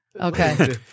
Okay